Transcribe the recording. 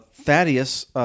Thaddeus